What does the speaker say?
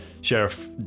Sheriff